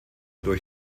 durch